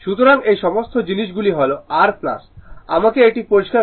সুতরাং এই সমস্ত জিনিসগুলি হল r আমাকে এটি পরিষ্কার করতে দিন